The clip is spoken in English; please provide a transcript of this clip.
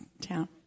town